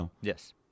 Yes